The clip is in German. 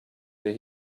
der